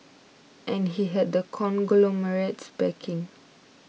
and he had the conglomerate's backing